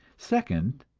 second,